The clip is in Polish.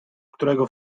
którego